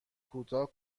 کوتاه